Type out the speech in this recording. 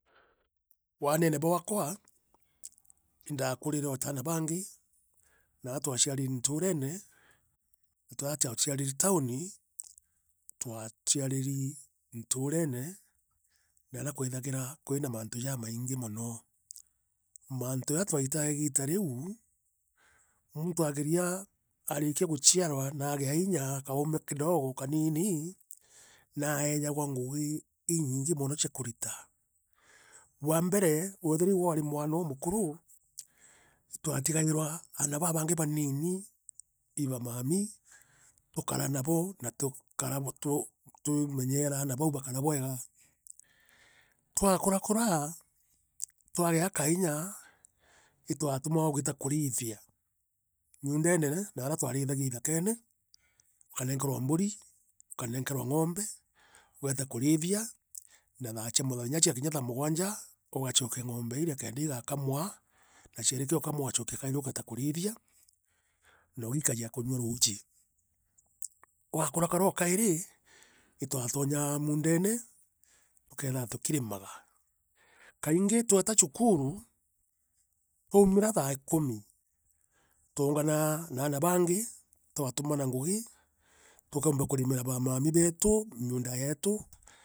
Waanene bwaakwa, indaakurire ota aana bangi, naa twachiariri, ntuurene, a taoni, twaachiariri ntuurene, naria kwethagira kwina maantu jaamangi mono. Maantu jaa twaitaa igita riu, muntu aageria aarikia guchiarwa, na agea inya, na kauume kidogo kaniini, naeejagwa ngugi, iinyinge mono cia kurita. Bwa mbere, keethira niwe waari mwana uumukuru, itwaatigairwa aana baangi baniini, iba maami, tukara nabo, na tukara butu tumenyeera aana bau bakara bwega. Twakurakura, twagea kainya itwaatumawa wiita kuriithia, miundene naaria twarithagia ithakene, ukaneenkerewa mburi, ukaneenkerwa ngombe. ugeeta kurithia, na thaa cia muthenya ciakinya thaa mugwanja, ugachokia ngombe irea kenda igakamwa, na ciariikia ukamwa ugachokia kairi uketa kurithia, na ugiikagia kunywa ruuji. Wakurakura o kairi, itwatonyaa muundene, tukethira tukirimaga. Kaingi tweeta cukuru, twaumira thaa kumi, twaunganaa na aana baangi, twatumana ngugi, tukumba kurimira bamaami beetu, miunda yeetu.